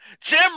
Jim